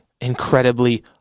incredibly